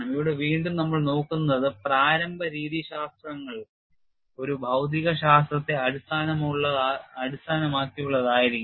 ഇവിടെ വീണ്ടും നമ്മൾ നോക്കുന്നത് പ്രാരംഭ രീതിശാസ്ത്രങ്ങൾ ഒരു ഭൌതികശാസ്ത്രത്തെ അടിസ്ഥാനമാക്കിയുള്ളതായിരിക്കും